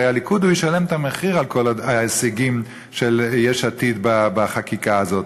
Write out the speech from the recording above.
הרי הליכוד ישלם את המחיר על כל ההישגים של יש עתיד בחקיקה הזאת,